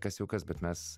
kas jau kas bet mes